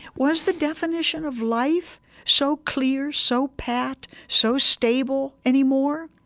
was the definition of life so clear, so pat, so stable anymore?